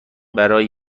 برای